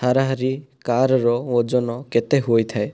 ହାରାହାରି କାର୍ର ଓଜନ କେତେ ହୋଇଥାଏ